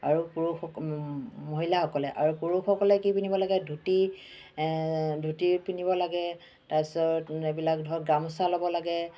আৰু পুৰুষস মহিলাসকলে আৰু পুৰুষসকলে কি পিন্ধিব লাগে ধূতি ধূতি পিন্ধিব লাগে তাৰপিছত এইবিলাক ধৰক গামোচা ল'ব লাগে